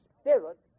Spirit